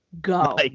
go